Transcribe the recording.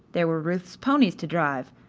there were ruth's ponies to drive,